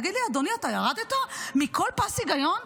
תגיד לי, אדוני, אתה ירדת מכל פס היגיון?